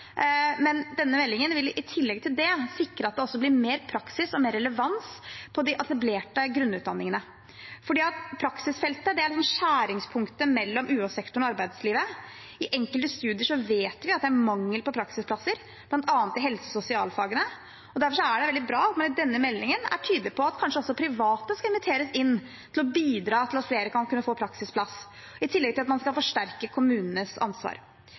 Men denne meldingen vil, i tillegg til det, sikre at det også blir mer praksis og mer relevans på de etablerte grunnutdanningene. Praksisfeltet er skjæringspunktet mellom UH-sektoren og arbeidslivet. I enkelte studier vet vi at det er mangel på praksisplasser, bl.a. i helse- og sosialfagene. Derfor er det veldig bra at denne meldingen er tydelig på at kanskje også private skal inviteres inn til å bidra til at flere kan få praksisplass, i tillegg til at man skal forsterke kommunenes ansvar.